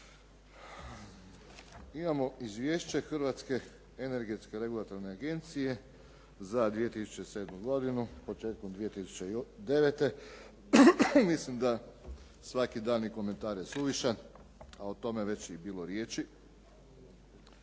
Imamo Izvješće Hrvatske energetske regulatorne agencije za 2007. godinu početkom 2009. Mislim da svaki daljnji komentar je suvišan a o tome je već bilo riječi